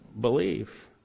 believe